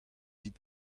dit